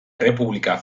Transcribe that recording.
errepublika